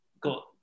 got